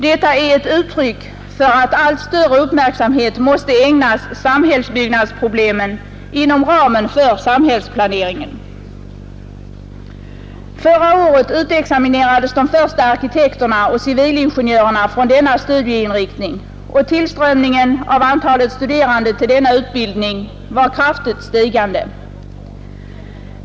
Detta är ett uttryck för att allt större uppmärksamhet måste ägnas samhällsbyggnadsproblemen inom ramen för samhällsplaneringen. Förra året utexaminerades de första arkitekterna och civilingenjörerna från denna studieinriktning, och tillströmningen av antalet studerande till denna utbildning har varit kraftigt stigande.